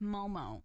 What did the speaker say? Momo